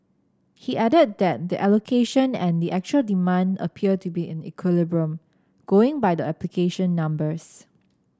he added that the allocation and the actual demand appeared to be in equilibrium going by the application numbers